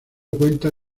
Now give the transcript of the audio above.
cuenta